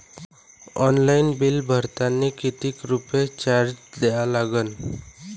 Online bill भरतानी कितीक रुपये चार्ज द्या लागन?